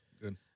Good